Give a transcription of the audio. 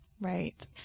Right